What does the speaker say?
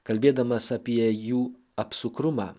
kalbėdamas apie jų apsukrumą